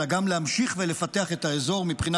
אלא גם להמשיך ולפתח את האזור מבחינה